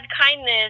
kindness